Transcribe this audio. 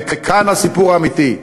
וכאן הסיפור האמיתי.